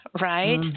right